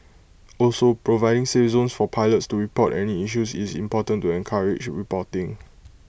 also providing 'safe zones' for pilots to report any issues is important to encourage reporting